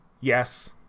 yes